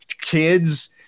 kids